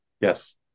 yes